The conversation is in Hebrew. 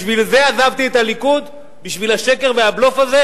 בשביל זה עזבתי את הליכוד, בשביל השקר והבלוף הזה?